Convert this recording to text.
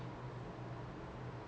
ya she's not in band anymore